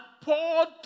poured